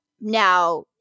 Now